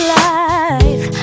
life